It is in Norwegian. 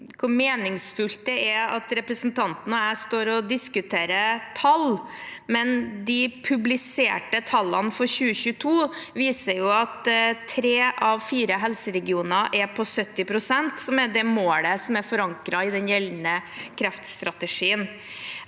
meningsfullt det er at representanten og jeg står og diskuterer tall, men de publiserte tallene for 2022 viser jo at tre av fire helseregioner er på 70 pst., som er det målet som er forankret i den gjeldende kreftstrategien.